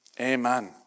Amen